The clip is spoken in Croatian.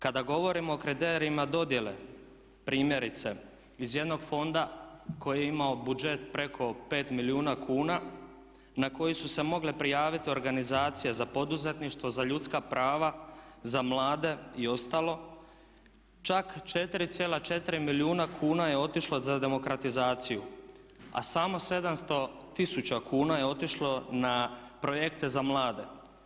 Kada govorimo o kriterijima dodjele, primjerice iz jednog fonda koji je imao budžet preko 5 milijuna kuna na koji su se mogle prijaviti organizacije za poduzetništvo, ljudska prava, za mlade i ostalo čak 4,4 milijuna kuna je otišlo za demokratizaciju a samo 700 tisuća kuna je otišlo na projekte za mlade.